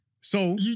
So-